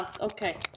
okay